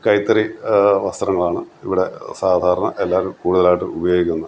കൈത്തറി വസ്ത്രങ്ങളാണ് ഇവിടെ സാധാരണ എല്ലാവരും കൂടുതലായിട്ട് ഉപയോഗിക്കുന്നത്